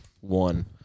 One